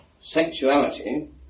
sexuality